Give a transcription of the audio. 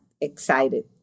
excited